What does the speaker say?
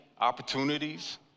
opportunities